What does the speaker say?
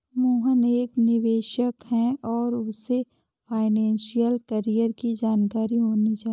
मोहन एक निवेशक है और उसे फाइनेशियल कैरियर की जानकारी होनी चाहिए